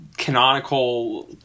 canonical